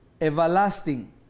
Everlasting